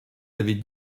avez